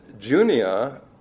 Junia